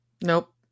Nope